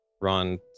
Ron